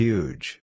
Huge